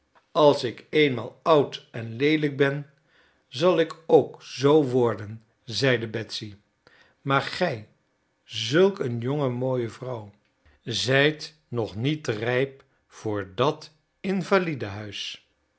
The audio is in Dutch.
als ik eenmaal oud en leelijk ben zal ik ook zoo worden zeide betsy maar gij zulk een jonge mooie vrouw zijt nog niet rijp voor dat invalidenhuis